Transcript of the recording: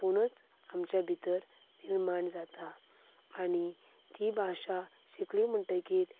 आपुणूच आमचे भितर निर्माण जाता आनी ती भाशा शिकली म्हणटकीर